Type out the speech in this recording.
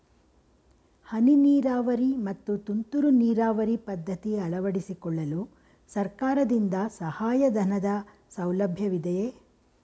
ಹನಿ ನೀರಾವರಿ ಮತ್ತು ತುಂತುರು ನೀರಾವರಿ ಪದ್ಧತಿ ಅಳವಡಿಸಿಕೊಳ್ಳಲು ಸರ್ಕಾರದಿಂದ ಸಹಾಯಧನದ ಸೌಲಭ್ಯವಿದೆಯೇ?